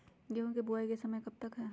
गेंहू की बुवाई का समय कब तक है?